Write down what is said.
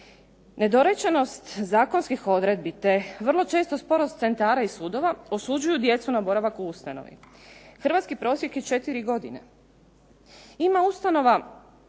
Nedorečenost zakonskih odredbi te vrlo često sporost centara i sudova osuđuju djecu na boravak u ustanovi. Hrvatski prosjek je 4 godine. Ima ustanova